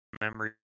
memory